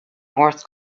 north